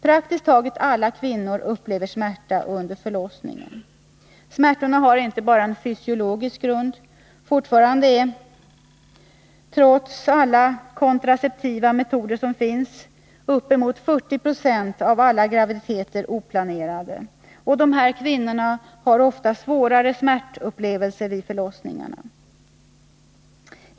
Praktiskt taget alla kvinnor upplever smärta under förlossningen. Smärtorna har inte bara fysiologisk grund. Fortfarande är, trots alla kontraceptiva metoder som finns, uppemot 40 96 av alla graviditeter oplanerade, och dessa kvinnor har ofta svårare smärtupplevelser vid förlossningarna.